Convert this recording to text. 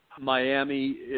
Miami